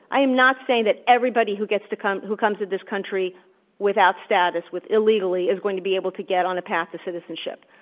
i am not saying that everybody who gets to come to who comes to this country without status with illegally is going to be able to get on a path to citizen ship.